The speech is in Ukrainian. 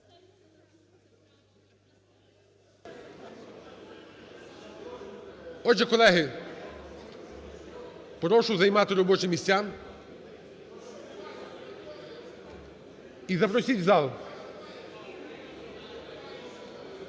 Отже, колеги, прошу займати робочі місця, і запросіть у зал.